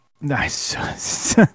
Nice